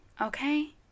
okay